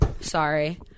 Sorry